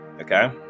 Okay